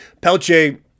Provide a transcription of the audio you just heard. Pelche